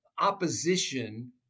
opposition